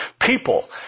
people